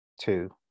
two